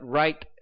right